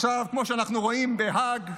עכשיו כמו שאנחנו רואים בהאג,